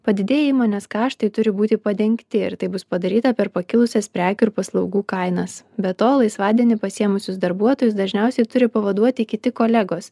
padidėję įmonės kaštai turi būti padengti ir tai bus padaryta per pakilusias prekių ir paslaugų kainas be to laisvadienį pasiėmusius darbuotojus dažniausiai turi pavaduoti kiti kolegos